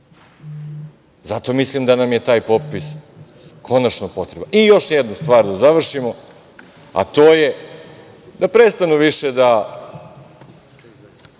Zato mislim da nam je taj popis konačno potreban. Još jedna stvar, da završimo, a to je da prestanu više da